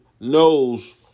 knows